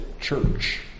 church